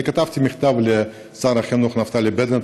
אני כתבתי מכתב לשר החינוך נפתלי בנט,